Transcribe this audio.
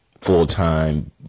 full-time